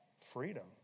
freedom